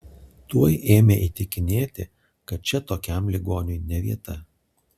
tuoj ėmė įtikinėti kad čia tokiam ligoniui ne vieta